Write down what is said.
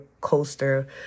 coaster